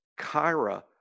Kyra